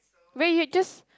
wait you just